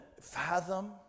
fathom